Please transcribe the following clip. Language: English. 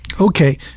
Okay